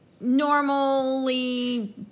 normally